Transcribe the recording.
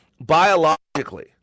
biologically